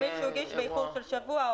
אם מישהו הגיש באיחור של שבוע,